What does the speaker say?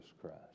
Christ